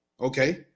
okay